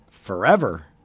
Forever